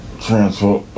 transfer